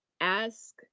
ask